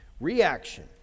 reaction